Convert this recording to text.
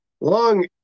Long